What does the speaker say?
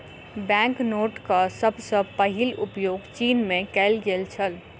bank नोटक सभ सॅ पहिल उपयोग चीन में कएल गेल छल